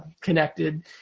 connected